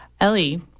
Ellie